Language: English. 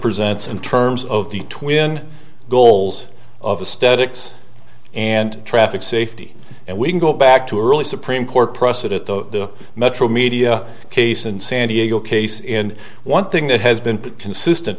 presents in terms of the twin goals of the static and traffic safety and we can go back to early supreme court precedent the metromedia case in san diego case in one thing that has been consistent